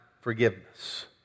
forgiveness